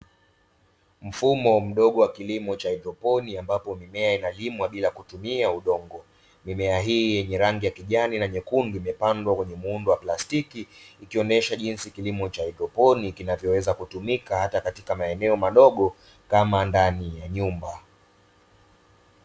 Mfumo mdogo wa kilimo cha haidroponi ambapo mimea inalimwa bila kutumia udongo, mimea hii yenye rangi ya kijani na nyekundu imepandwa kwenye muundo wa plastiki ikionesha jinsi kilimo cha haidroponi kinavyoweza kutumika hata katika maeneo madogo kama ndani ya nyumba.